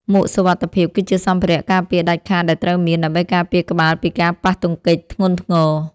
មួកសុវត្ថិភាព គឺជាសម្ភារៈការពារដាច់ខាតដែលត្រូវមាន ដើម្បីការពារក្បាលពីការប៉ះទង្គិចធ្ងន់ធ្ងរ។